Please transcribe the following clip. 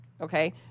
okay